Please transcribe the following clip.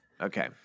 Okay